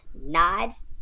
nods